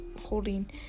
holding